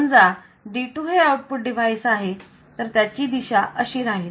समजा D2 हे output device आहे तर त्याची दिशा अशी राहील